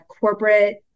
corporate